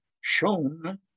shown